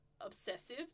obsessive